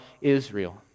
Israel